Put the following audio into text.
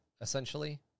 essentially